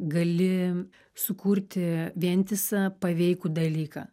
gali sukurti vientisą paveikų dalyką